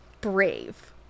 brave